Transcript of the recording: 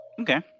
Okay